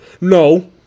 No